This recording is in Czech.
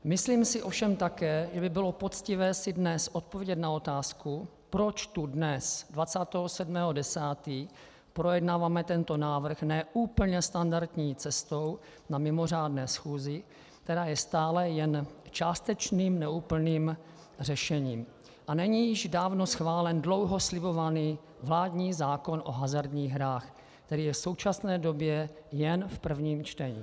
Myslím si ovšem také, že by bylo poctivé si dnes odpovědět na otázku, proč tu dnes, 27. 10., projednáváme tento návrh ne úplně standardní cestou na mimořádné schůzi, která je stále jen částečným, neúplným řešením, a není již dávno schválen dlouho slibovaný vládní zákon o hazardních hrách, který je v současné době jen v prvním čtení.